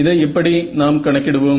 இதை எப்படி நாம் கணக்கிடுவோம்